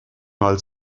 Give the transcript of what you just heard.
mal